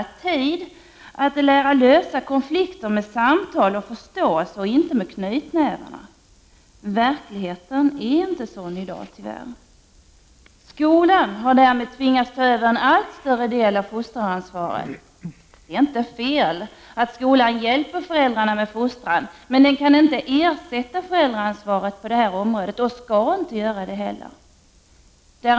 Tid till att lära dem lösa konflikter med samtal och förståelse och inte med knytnävarna. Tyvärr är inte verkligheten sådan i dag. Skolan har därmed tvingats att ta över en allt större del av ansvaret för fostran. Det är inte fel att skolan hjälper föräldrarna med fostran, men den kan inte ersätta föräldraansvaret på det här området, och den skall inte heller göra det.